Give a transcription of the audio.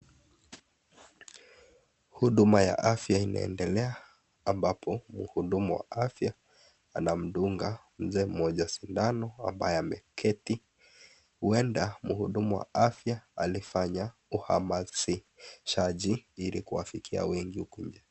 Huduma ya afya inaendelea, ambapo mhudumu wa afya anamdunga mzee mmoja sindano ambaye ameketi. Huenda mhudumu wa afya alifanya uahamashizaji ili kuwafikia wengi huko nje.